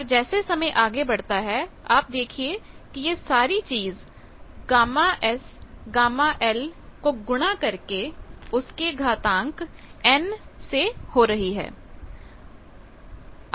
पर जैसे समय आगे बढ़ता है आप देखिए कि यह सारी चीजγSγLn से गुणा हो रही है